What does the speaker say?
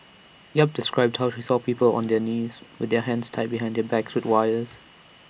yap described how she saw people on their knees with their hands tied behind their backs with wires